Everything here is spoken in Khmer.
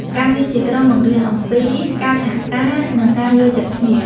ការងារជាក្រុមបង្រៀនអំពីការសហការ និងការយល់ចិត្តគ្នា។